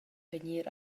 vegnir